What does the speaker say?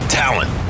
talent